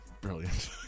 Brilliant